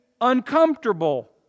uncomfortable